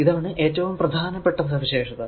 ഇതാണ് ഏറ്റവും പ്രധാനപ്പെട്ട സവിശേഷത